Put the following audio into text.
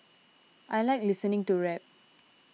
I like listening to rap